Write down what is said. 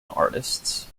artists